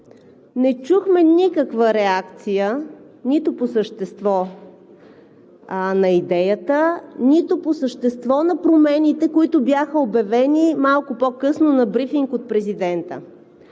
не чухме никаква реакция нито по същество на идеята, нито по същество на промените, които бяха обявени малко по-късно на брифинг от президента.